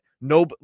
No